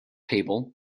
table